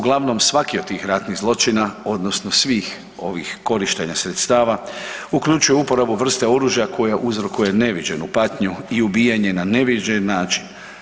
Uglavnom svaki od tih ratnih zločina odnosno svih ovih korištenja sredstava uključuju uporabu vrste oružja koja uzrokuje neviđenu patnju i ubijanje na neviđen način.